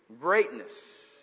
Greatness